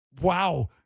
Wow